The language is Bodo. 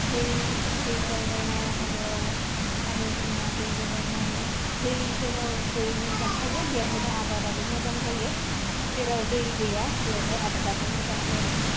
दै दै जायगाइनाय हाबायाव आरो जोंनिया दै जगाइनाय दै जेराव दै मोजां थायो बेवहायनो आबादाबो मोजां जायो जेराव दै गैया बेवहाय आबादाबो मोजां जाया